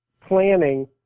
planning